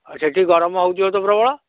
ସେଠି ଗରମ ହେଉଥିବ ତ ପ୍ରବଳ